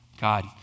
God